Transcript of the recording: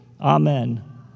amen